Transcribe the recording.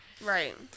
Right